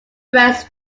breast